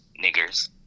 niggers